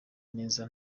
neza